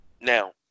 Now